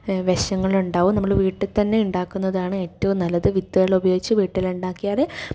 വിഷങ്ങൾ ഉണ്ടാവും നമ്മൾ വീട്ടിൽ തന്നെ ഉണ്ടാകുന്നതാണ് ഏറ്റവും നല്ലത് വിത്തുകളുപയോഗിച്ച് വീട്ടിൽ ഉണ്ടാക്കിയാൽ